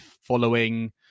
following